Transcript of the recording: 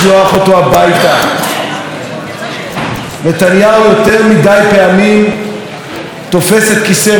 נתניהו יותר מדי פעמים תופס את כיסא ראש הממשלה בגללנו,